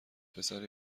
پسری